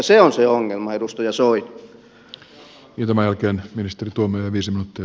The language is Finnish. se on se ongelma edustaja soini